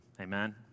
Amen